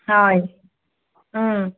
হয়